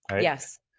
Yes